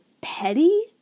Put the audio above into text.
petty